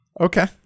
Okay